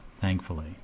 thankfully